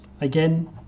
Again